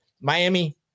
Miami